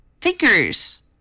fingers